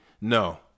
No